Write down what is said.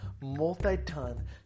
multi-ton